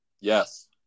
Yes